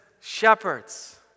shepherds